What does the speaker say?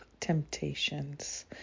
temptations